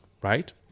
right